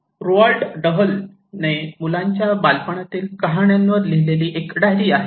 Roald डहलने मुलाच्या बालपणातली कहाण्यांवर लिहिलेली एक डायरी आहे